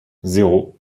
zéro